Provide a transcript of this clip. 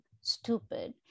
stupid